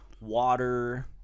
water